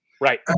Right